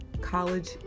college